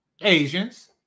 Asians